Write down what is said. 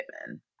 given